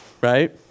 right